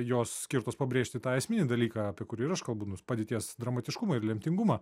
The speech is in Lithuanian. jos skirtos pabrėžti tą esminį dalyką apie kurį ir aš kalbu nu padėties dramatiškumą ir lemtingumą